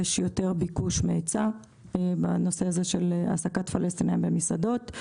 יש יותר ביקוש מהיצע מהנושא הזה של העסקת פלסטינאים במסעדות.